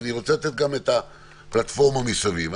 אני רוצה גם לתת את הפלטפורמה מסביב.